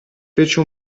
fece